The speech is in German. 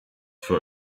für